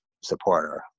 supporter